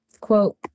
quote